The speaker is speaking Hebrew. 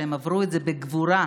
שהם עברו אותה בגבורה,